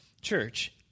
Church